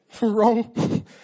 Wrong